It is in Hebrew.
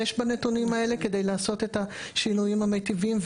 בנתונים האלה כדי לעשות את השינויים המיטיבים.